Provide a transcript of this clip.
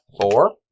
Four